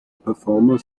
performer